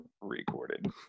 Recorded